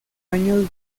años